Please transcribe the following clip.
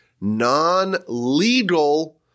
non-legal